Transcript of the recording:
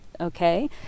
okay